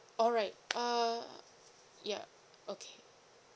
alright uh yeah okay